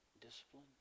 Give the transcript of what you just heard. discipline